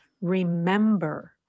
Remember